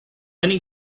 many